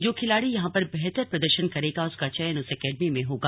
जो खिलाड़ी यहां पर बेहतर प्रदर्शन करेगा उसका चयन उस एकेडमी में होगा